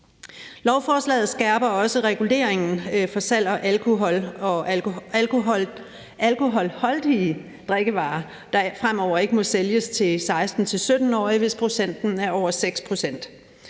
Lovforslaget skærper også reguleringen af salget af alkohol og alkoholholdige drikkevarer, der fremover ikke må sælges til 16-17-årige, hvis procenten er over 6,